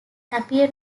appear